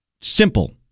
Simple